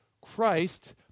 Christ